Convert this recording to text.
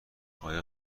آیا